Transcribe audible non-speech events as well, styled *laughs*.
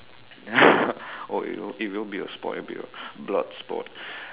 *laughs* or it will be it will be a sport it will be a blood sport